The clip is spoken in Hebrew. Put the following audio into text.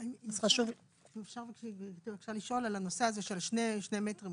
אם אפשר בבקשה לשאול על הנושא הזה של שני מטרים,